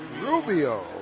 Rubio